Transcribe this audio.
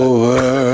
Over